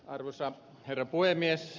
arvoisa herra puhemies